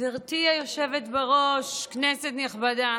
גברתי היושבת בראש, כנסת נכבדה,